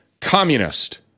communist